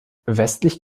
westlich